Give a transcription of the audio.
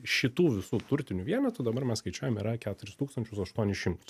šitų visų turtinių vienetų dabar mes skaičiuojam yra keturis tūkstančius aštuonis šimtus